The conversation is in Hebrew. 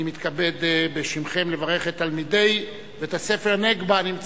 אני מתכבד בשמכם לברך את תלמידי בית-הספר "נגבה" מראשון-לציון,